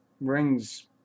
rings